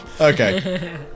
okay